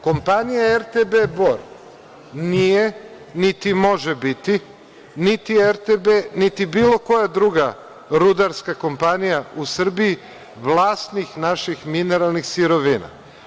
Kompanija RTB Bor nije, niti može biti, niti RTB, niti bilo koja druga rudarska kompanija u Srbiji, vlasnik naših mineralnih sirovina.